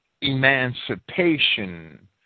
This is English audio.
emancipation